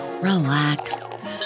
relax